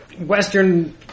western